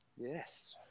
Yes